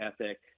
ethic